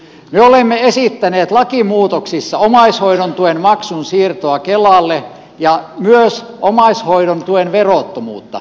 me olemme esittäneet lakimuutoksissa omaishoidon tuen maksun siirtoa kelalle ja myös omaishoidon tuen verottomuutta